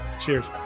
Cheers